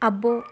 అబ్బో